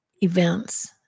events